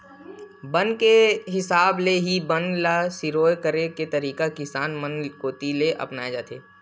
बन के हिसाब ले ही बन ल सिरोय करे के तरीका किसान मन कोती ले अपनाए जाथे